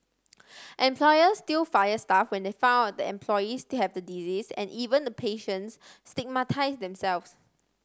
employers still fire staff when they find out the employees they have the disease and even the patients stigmatise themselves